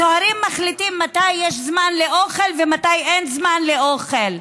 הסוהרים מחליטים מתי יש זמן לאוכל ומתי אין זמן לאוכל.